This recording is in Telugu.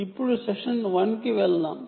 ఇప్పుడు సెషన్ 1 కి వెళ్దాం